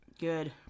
good